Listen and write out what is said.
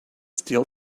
still